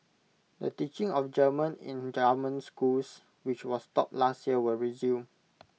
the teaching of German in government schools which was stopped last year will resume